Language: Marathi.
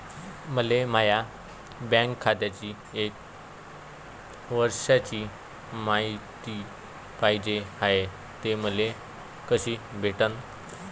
मले माया बँक खात्याची एक वर्षाची मायती पाहिजे हाय, ते मले कसी भेटनं?